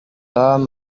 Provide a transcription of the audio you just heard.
tom